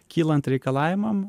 kylant reikalavimam